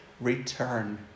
Return